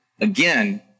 again